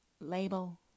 label